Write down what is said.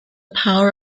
power